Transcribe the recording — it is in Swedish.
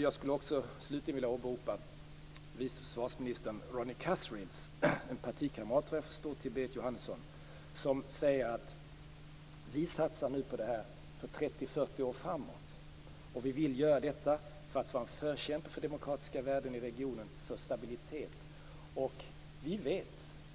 Jag skulle också slutligen vilja åberopa vice försvarsministern Ronny Kasrils, partikamrat vad jag förstår till Berit Jóhannesson, som säger: Vi satsar nu på det här för 30-40 år framåt. Vi vill göra detta för att vara en förkämpe för demokratiska värden i regionen och för stabilitet. Och vi vet